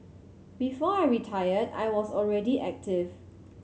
before I retired I was already active